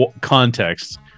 context